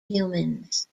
humans